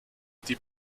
die